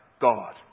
God